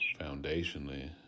foundationally